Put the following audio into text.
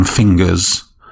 Fingers